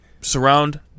surround